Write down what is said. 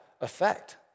effect